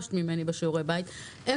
שביקשת ממני, איך